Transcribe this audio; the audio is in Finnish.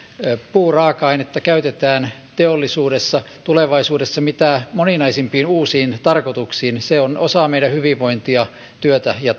puuraaka ainetta käytetään teollisuudessa tulevaisuudessa mitä moninaisimpiin uusiin tarkoituksiin se on osa meidän hyvinvointiamme työtämme ja